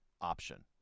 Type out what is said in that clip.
option